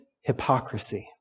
hypocrisy